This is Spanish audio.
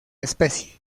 especie